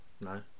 no